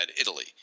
Italy